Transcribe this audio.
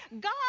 God